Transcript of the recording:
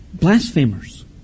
Blasphemers